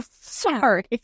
Sorry